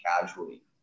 casually